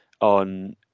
on